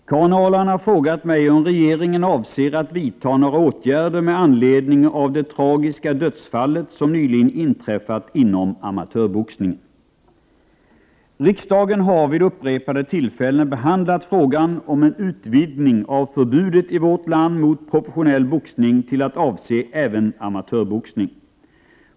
Herr talman! Karin Ahrland har frågat mig om regeringen avser att vidta några åtgärder med anledning av det tragiska dödsfall som nyligen inträffat inom amatörboxningen. Riksdagen har vid upprepade tillfällen behandlat frågan om en utvidgning av förbudet i vårt land mot professionell boxning till att avse även amatörboxning.